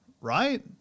right